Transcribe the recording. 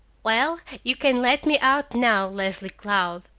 well, you can let me out now, leslie cloud,